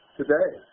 today